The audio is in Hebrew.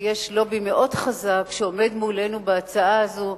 כי יש לובי מאוד חזק שעומד מולנו בהצעה הזו,